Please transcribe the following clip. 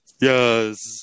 Yes